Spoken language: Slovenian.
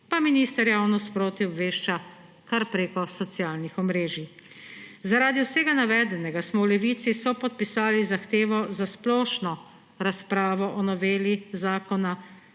pa minister javnost sproti obvešča kar preko socialnih omrežij. Zaradi vsega navedenega smo v Levici sopodpisali zahtevo za splošno razpravo o noveli zakona